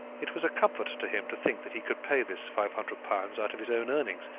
it was a comfort to him to think that he could pay this five hundred pounds out of his own earnings,